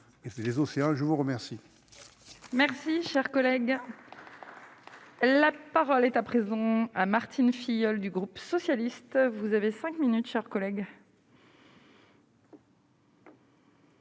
et les océans, je vous remercie. Merci, cher collègue, la parole est à présent à Martine Filleul, du groupe socialiste, vous avez 5 minutes chers collègues.